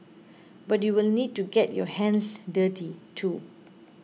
but you will need to get your hands dirty too